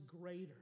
greater